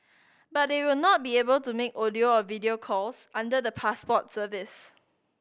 but they will not be able to make audio or video calls under the Passport service